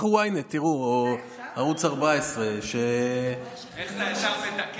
תפתחו ynet ותראו, או ערוץ 14. איך אתה ישר מתקן.